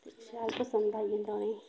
ते शैल पसंद आई जंदा उ'नेंगी